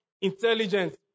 intelligence